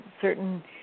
certain